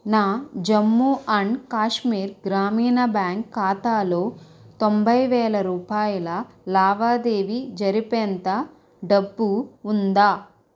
నా Jammu and Kashmir Grameen bank ఖాతాలో తొంభై వేల రూపాయల లావాదేవీ జరిపేంత డబ్బు ఉందా